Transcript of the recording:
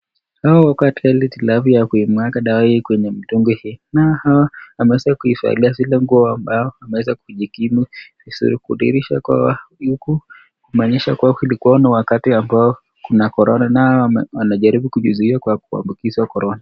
Hawa wako katika ile hitilafu ya kuimwaga dawa hio kwenye mtungi hii. Nao hawa wameweza kuvalia zile nguo ambazo wameweza kujikimu, kudhihirika kuwa huku, kumaanisha kuwa kulikua na wakati ambao kuna korona nao wanajaribu kujizuia kwa kuambukizwa korona.